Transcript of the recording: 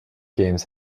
games